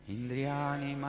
Indriani